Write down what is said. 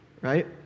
right